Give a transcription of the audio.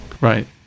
Right